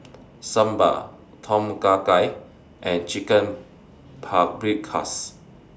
Sambar Tom Kha Gai and Chicken Paprikas